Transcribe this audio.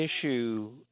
issue